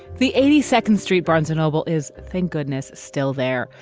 the eighty second street, barnes and noble is, thank goodness, still there.